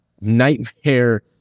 nightmare